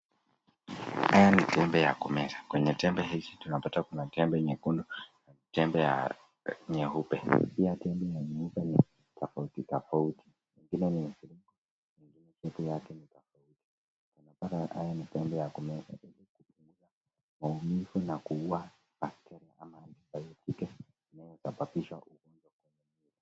Haya ni tembe za kumeza. Kwenye tembe hizi tunapata kuna tembe nyekundu na tembe ya nyeupe. Pia tembe ya nyeupe ni tofauti tofauti. Mwingine ni mzima, mwingine chepu yake ni tofauti. Unapata haya ni tembe za kumeza ili kupunguza maumivu na kuua bakteria ama antibiotiki inayoweza kusababishwa ugonjwa.